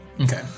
Okay